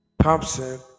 Thompson